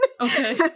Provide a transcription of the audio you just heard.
Okay